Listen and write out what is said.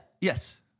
Yes